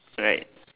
right